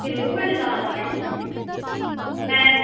फिरी बी बड़े जैदा न एह् में